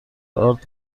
آرد